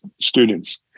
students